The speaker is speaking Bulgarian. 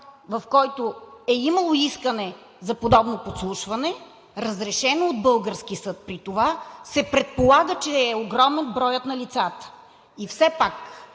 в който е имало искане за подобно подслушване, разрешено от български съд при това, се предполага, че е огромен броят на лицата. И все пак,